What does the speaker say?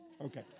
Okay